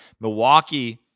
Milwaukee